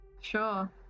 sure